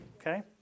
Okay